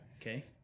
Okay